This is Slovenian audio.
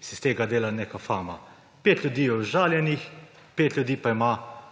se iz tega dela neka fama. Pet ljudi je užaljenih, pet ljudi pa ima